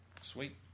Sweet